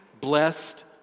blessed